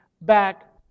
back